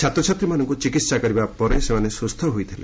ଛାତ୍ରଛାତ୍ରୀମାନଙ୍କୁ ଚିକିହା କରିବା ପରେ ସେମାନେ ସୁସ୍ଛ ହୋଇଥିଲେ